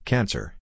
Cancer